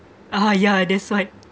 uh yeah that's why